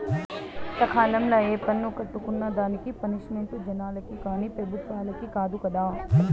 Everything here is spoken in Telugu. సకాలంల ఏ పన్ను కట్టుకున్నా దానికి పనిష్మెంటు జనాలకి కానీ పెబుత్వలకి కాదు కదా